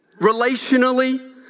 Relationally